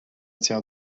tiers